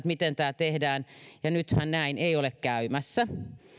miten tämä tehdään ja nythän näin ei ole käymässä